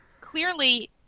Clearly